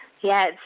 Yes